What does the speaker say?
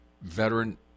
veteran